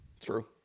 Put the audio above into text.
True